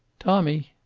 tommy!